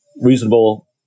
reasonable